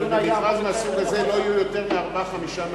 במכרז מהסוג הזה לא יהיו יותר מארבעה-חמישה מציעים,